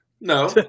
No